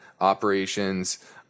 operations